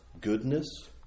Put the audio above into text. goodness